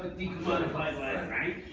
decommodify land, right?